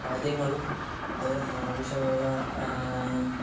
കാര്യങ്ങളും അതിനാവശ്യമുള്ള